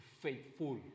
faithful